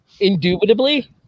Indubitably